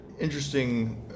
interesting